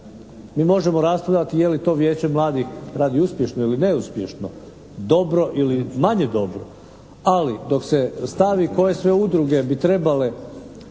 Mi možemo raspravljati je li to Vijeće mladih radi uspješno ili neuspješno, dobro ili manje dobro ali dok se stavi koje sve udruge bi trebale